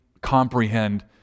comprehend